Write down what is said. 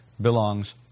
belongs